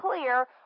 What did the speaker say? clear